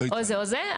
או זה או זה,